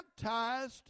baptized